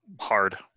hard